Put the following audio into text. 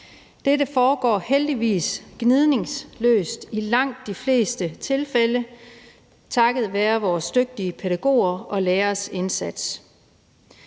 Dette foregår heldigvis gnidningsløst i langt de fleste tilfælde takket være vores dygtige pædagogers og læreres indsats.